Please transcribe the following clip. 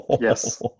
Yes